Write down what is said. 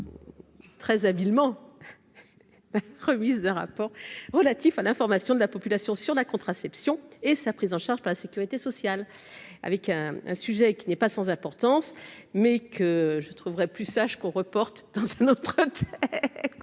Très habilement remise d'un rapport relatif à l'information de la population sur la contraception et sa prise en charge par la Sécurité sociale avec un un sujet qui n'est pas sans importance, mais que je trouverai plus sage qu'on reporte dans que notre demande